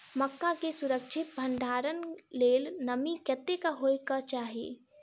मक्का केँ सुरक्षित भण्डारण लेल नमी कतेक होइ कऽ चाहि?